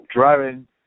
driving